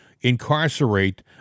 incarcerate